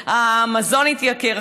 המזון התייקר,